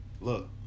Look